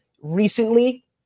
recently